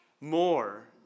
more